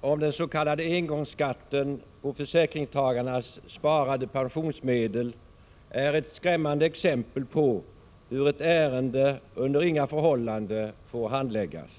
om den s.k. engångsskatten på försäkringstagarnas sparade pensionsmedel är ett skrämmande exempel på hur ett ärende under inga förhållanden får handläggas.